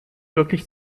wirklich